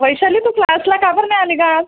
वैशाली तू क्लासला का बरं नाहे आली गं आज